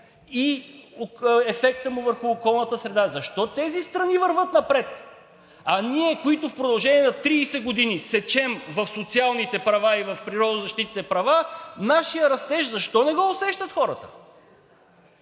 и ефектът му върху околната среда, защо тези страни вървят напред, а ние, които в продължение на 30 години сечем в социалните права и в природозащитните права, нашият растеж защо не го усещат хората?!